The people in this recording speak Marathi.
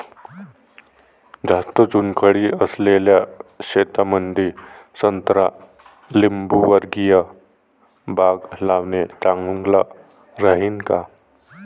जास्त चुनखडी असलेल्या शेतामंदी संत्रा लिंबूवर्गीय बाग लावणे चांगलं राहिन का?